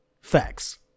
Facts